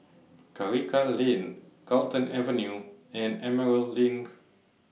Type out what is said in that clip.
Karikal Lane Carlton Avenue and Emerald LINK